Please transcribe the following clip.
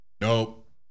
nope